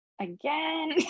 Again